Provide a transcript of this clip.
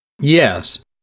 Yes